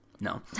No